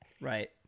Right